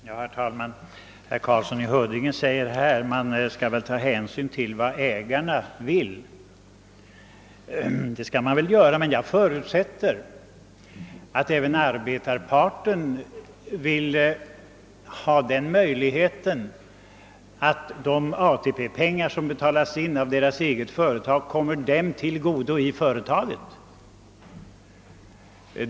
Herr talman! Herr Karlsson i Huddinge sade att man skall ta hänsyn till vad ägarna vill. Jag förutsätter emellertid att även arbetarparten vill ha den möjligheten att de ATP-pengar som betalas in av deras eget företag kommer dem till godo i företaget.